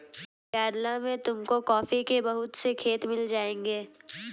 केरला में तुमको कॉफी के बहुत से खेत मिल जाएंगे